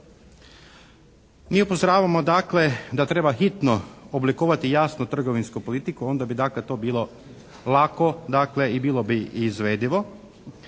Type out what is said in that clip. Mi upozoravamo dakle da treba hitno oblikovati jasno trgovinsku politiku, onda bi dakle to bilo lako, dakle, i bilo bi izvedivo.